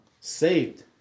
Saved